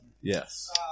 Yes